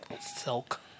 Silk